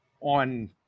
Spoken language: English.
On